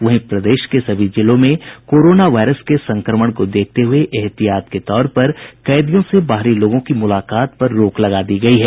वहीं प्रदेश के सभी जेलों में कोरोना वायरस के संक्रमण को देखते हुये एहतियात के तौर पर कैदियों से बाहरी लोगों की मुलाकात पर रोक लगा दी गयी है